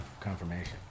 confirmation